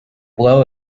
blow